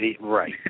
Right